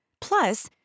Plus